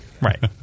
right